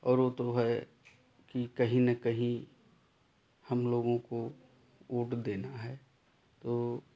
और वह तो है कि कहीं न कहीं हम लोगों को वोट देना है तो